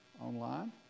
online